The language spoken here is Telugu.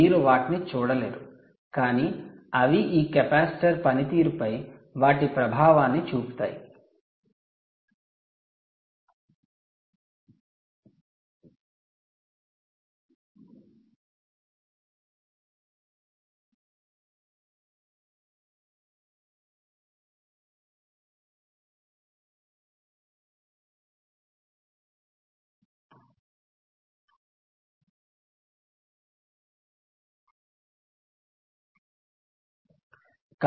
మీరు వాటిని చూడలేరు కానీ అవి ఈ కెపాసిటర్ పనితీరుపై వాటి ప్రభావాన్ని చూపుతాయి